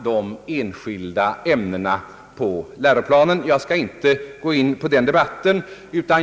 Herr Näsström har klarlagt utskottsmajoritetens ståndpunkt i de frågorna. Jag skall inte gå in på den debatten.